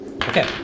Okay